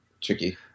tricky